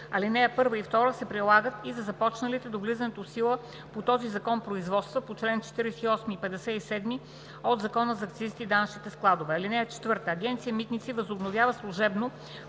Алинеи 1 и 2 се прилагат и за започналите до влизането в сила по този закон производства по чл. 48 и чл. 57 от Закона за акцизите и данъчните складове. (4) Агенция „Митници“ възобновява служебно